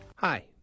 Hi